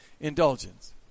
indulgence